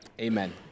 Amen